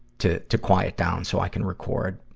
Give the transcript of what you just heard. to, to quiet down so i can record.